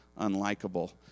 unlikable